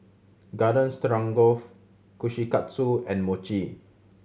Garden Stroganoff Kushikatsu and Mochi